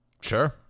sure